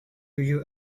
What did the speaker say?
you